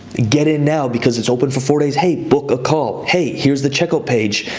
get in now because it's open for four days, hey, book a call. hey, here's the checkout page.